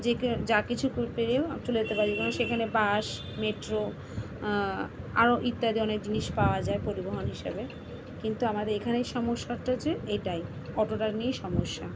যে কে যা কিছু ক পেরেও আম চলে যেতে পারি কারণ সেখানে বাস মেট্রো আরো ইত্যাদি অনেক জিনিস পাওয়া যায় পরিবহন হিসাবে কিন্তু আমাদের এখানেই সমস্যাটা হচ্ছে এটাই অটোটা নিয়ে সমস্যা